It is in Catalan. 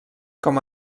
com